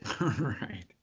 Right